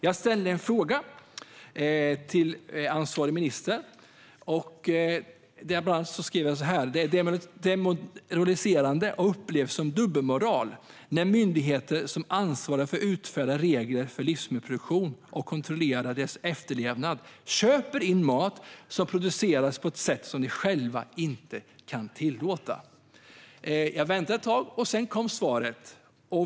Jag skrev till ansvarig minister och påpekade bland annat att det är demoraliserande och upplevs som dubbelmoral när myndigheter som ansvarar för att utfärda regler för livsmedelsproduktion och för att kontrollera efterlevnaden av dessa köper in mat som produceras på ett sätt som de själva inte kan tillåta. Jag väntade ett tag, och sedan kom svaret.